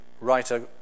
writer